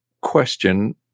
question